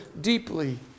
deeply